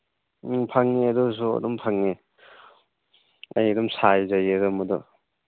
ꯎꯃ ꯐꯪꯉꯤ ꯑꯗꯨꯁꯨ ꯑꯗꯨꯝ ꯐꯪꯉꯤ ꯑꯩ ꯑꯗꯨꯝ ꯁꯥꯖꯩꯌꯦ ꯑꯗꯨꯝꯕꯗꯣ